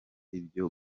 byo